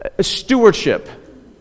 Stewardship